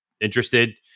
interested